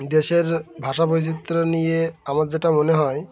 দেশের ভাষা বৈচিত্র্য নিয়ে আমাদের যেটা মনে হয়